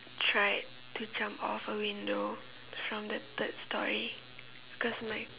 tried to jump off a window from the third storey cause my